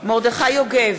מרדכי יוגב,